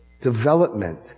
development